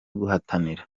guhatanira